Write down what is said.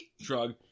Shrug